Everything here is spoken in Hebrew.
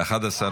2 נתקבלו.